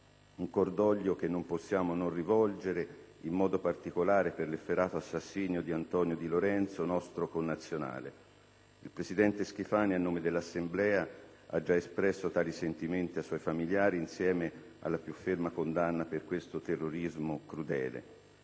Un cordoglio che non possiamo non esprimere, in modo particolare, per l'efferato assassinio di Antonio de Lorenzo, nostro connazionale. Il presidente Schifani, a nome dell'Assemblea, ha già espresso tali sentimenti ai suoi familiari, insieme alla più ferma condanna per questo terrorismo crudele.